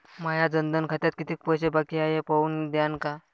माया जनधन खात्यात कितीक पैसे बाकी हाय हे पाहून द्यान का?